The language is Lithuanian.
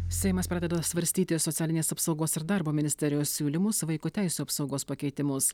seimas pradeda svarstyti socialinės apsaugos ir darbo ministerijos siūlymus vaiko teisių apsaugos pakeitimus